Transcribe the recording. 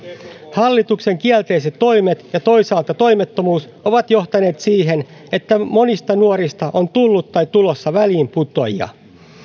hallituksen kielteiset toimet ja toisaalta toimettomuus ovat johtaneet siihen että monista nuorista on tullut tai tulossa väliinputoajia